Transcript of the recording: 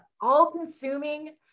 all-consuming